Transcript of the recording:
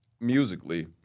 musically